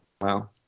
Wow